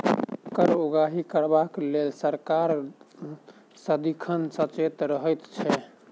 कर उगाही करबाक लेल सरकार सदिखन सचेत रहैत छै